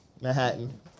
Manhattan